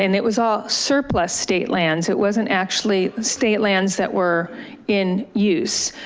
and it was all surplus state lands. it wasn't actually state lands that were in use.